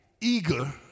eager